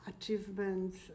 achievements